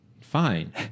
Fine